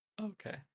Okay